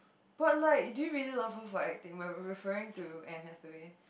but like do you really love her for acting when we're referring to Anne-Hathaway